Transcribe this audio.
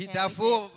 daarvoor